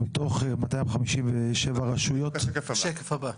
יודעים שמתוך 257 רשויות --- זה בשקף הבא.